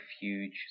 huge